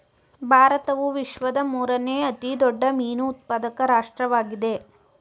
ಭಾರತವು ವಿಶ್ವದ ಮೂರನೇ ಅತಿ ದೊಡ್ಡ ಮೀನು ಉತ್ಪಾದಕ ರಾಷ್ಟ್ರವಾಗಿದೆ